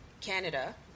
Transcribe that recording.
Canada